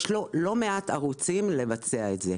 יש לו לא מעט ערוצים לבצע את זה.